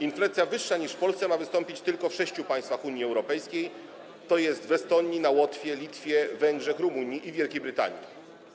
Inflacja wyższa niż w Polsce ma wystąpić tylko w sześciu państwach Unii Europejskiej, tj. w Estonii, na Łotwie, Litwie, Węgrzech, w Rumunii i Wielkiej Brytanii.